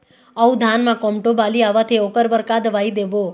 अऊ धान म कोमटो बाली आवत हे ओकर बर का दवई देबो?